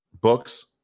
books